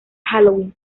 halloween